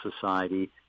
society